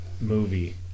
movie